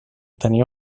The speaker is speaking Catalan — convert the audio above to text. tenia